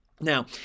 Now